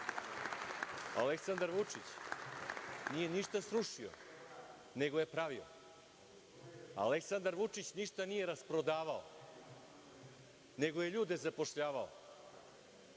Aleksandar Vučić nije ništa srušio, nego je pravio. Aleksandar Vučić ništa nije rasprodavao, nego je ljude zapošljavao. Iskoristio